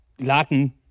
Latin